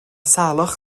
salwch